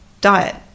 diet